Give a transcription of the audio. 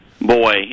Boy